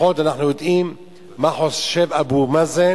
לפחות אנחנו יודעים מה חושב אבו מאזן,